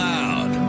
Loud